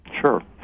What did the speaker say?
Sure